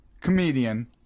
comedian